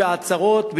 בעצרות,